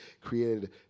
created